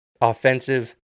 offensive